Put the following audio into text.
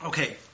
Okay